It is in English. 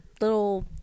little